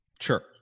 Sure